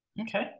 Okay